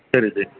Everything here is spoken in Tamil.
சரி ஜி